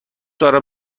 دارم